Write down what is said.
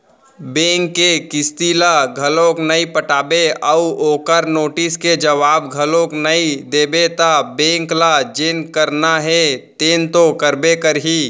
bank के किस्ती ल घलोक नइ पटाबे अउ ओखर नोटिस के जवाब घलोक नइ देबे त बेंक ल जेन करना हे तेन तो करबे करही